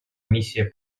миссия